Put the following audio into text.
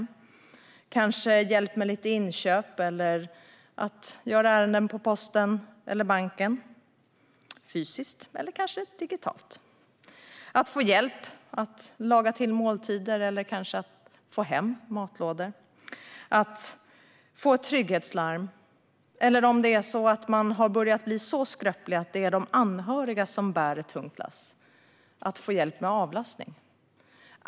Det kan handla om hjälp med lite inköp eller ärenden på posten eller banken, fysiskt eller kanske digitalt. Man kan behöva hjälp med att laga till måltider eller kanske få hem matlådor, eller få ett trygghetslarm. Om man har börjat bli så skröplig att de anhöriga får bära ett tungt lass kan de behöva få hjälp med avlastning.